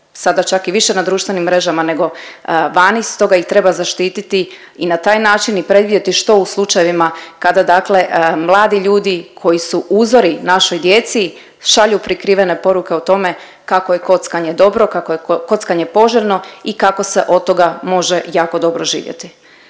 sada čak i više na društvenim mrežama nego vani, stoga ih treba zaštiti i na taj način i predvidjeti što u slučajevima kada dakle mladi ljudi koji su uzori našoj djeci šalju prikrivene poruke o tome kako je kockanje dobro, kako je kockanje poželjno i kako se od toga može jako dobro živjeti.